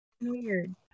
weird